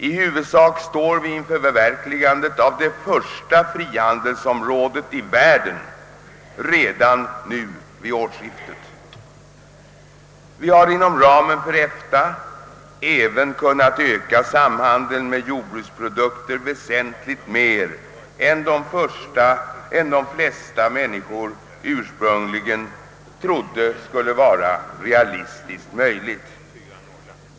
I huvudsak står vi inför förverkligandet av det första frihandelsområdet i världen redan nu vid årsskiftet. Vi har inom ramen för EFTA även kunnat öka samhandeln med jordbruksprodukter väsentligt mer än de flesta människor ursprungligen trodde skulle vara möjligt i realiteten.